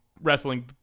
wrestling